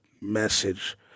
message